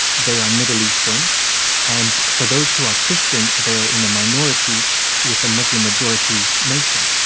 they are middle-eastern and for those who are christian they're in a minority with a muslim majority nation.